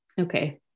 Okay